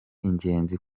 ingenzi